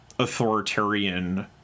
Authoritarian